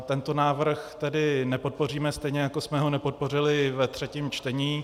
Tento návrh tedy nepodpoříme, stejně jako jsme ho nepodpořili ve třetím čtení.